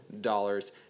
dollars